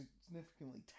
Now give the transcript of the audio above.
significantly